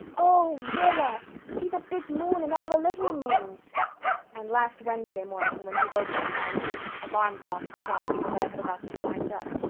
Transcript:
oh, willa, see the big moon and all the little moons and last wednesday morning, when he woke up, my little alarm clock had stopped because i had forgotten to wind it up.